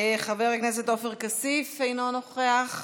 חבר הכנסת עופר כסיף, אינו נוכח,